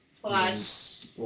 Plus